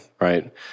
right